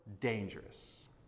dangerous